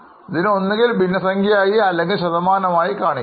ഇതിനെ ഒന്നുകിൽ ഭിന്നസംഖ്യ ആയി അല്ലെങ്കിൽ ശതമാനമായി കാണിക്കാം